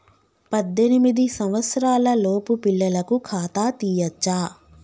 పద్దెనిమిది సంవత్సరాలలోపు పిల్లలకు ఖాతా తీయచ్చా?